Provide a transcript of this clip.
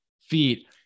feet